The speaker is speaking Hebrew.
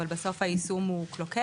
אבל בסוף היישום הוא קלוקל.